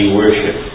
worship